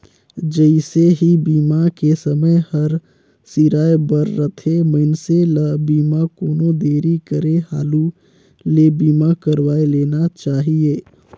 जइसे ही बीमा के समय हर सिराए बर रथे, मइनसे ल बीमा कोनो देरी करे हालू ले बीमा करवाये लेना चाहिए